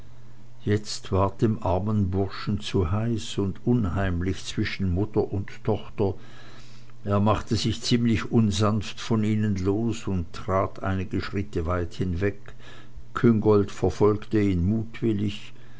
jetzt ward dem armen burschen zu heiß und unheimlich zwischen tochter und mutter er machte sich ziemlich unsanft von ihnen los und trat einige schritte weit hinweg küngolt verfolgte ihn mutwillig